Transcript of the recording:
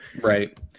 Right